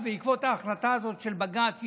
בעקבות ההחלטה הזאת של בג"ץ.